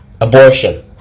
abortion